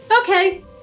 Okay